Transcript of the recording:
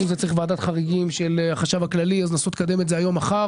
צריך לנסות לקדם את זה היום או מחר